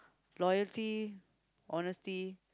loyalty honesty